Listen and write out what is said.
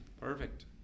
Perfect